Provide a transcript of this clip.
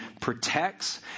protects